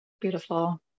Beautiful